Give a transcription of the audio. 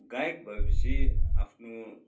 गायक भए पछि आफ्नो